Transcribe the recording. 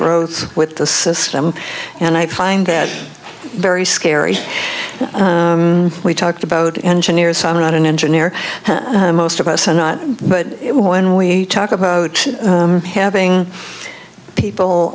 growth with the system and i find that very scary we talked about engineers i'm not an engineer most of us are not but when we talk about having people